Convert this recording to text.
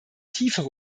tiefere